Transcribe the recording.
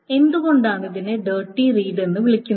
എന്തുകൊണ്ടാണ് അതിനെ dirty read എന്ന് വിളിക്കുന്നത്